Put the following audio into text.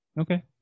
Okay